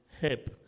help